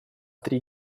три